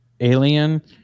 alien